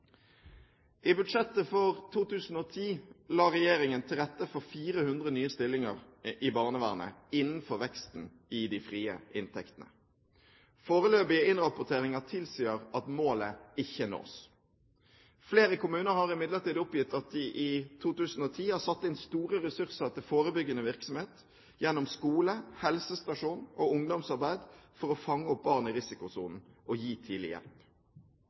I budsjettet for 2010 la regjeringen til rette for 400 nye stillinger i barnevernet innenfor veksten i de frie inntektene. Foreløpige innrapporteringer tilsier at målet ikke nås. Flere kommuner har imidlertid oppgitt at de i 2010 har satt inn store ressurser til forebyggende virksomhet gjennom skole, helsestasjon og ungdomsarbeid for å fange opp barn i risikosonen og gi tidlig hjelp.